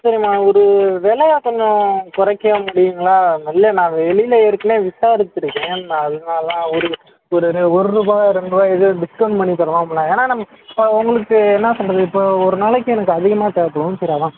சரிங்கம்மா ஒரு விலைய கொஞ்சம் குறைக்க முடியுங்களா இல்லை நான் வெளியில் ஏற்கனவே விசாரிச்சுருக்கேன் நான் அதனால தான் ஒரு ஒரு ஒரு ரூபா ரெண்டு ரூபா எதாவது டிஸ்க்கௌண்ட் பண்ணி தரலாம்லே ஏன்னால் நம் ஆ உங்களுக்கு என்ன சொல்கிறது இப்போது ஒரு நாளைக்கி எனக்கு அதிகமாக தேவைப்படும் சரி அதுதான்